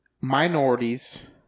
minorities